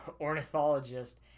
ornithologist